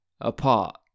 apart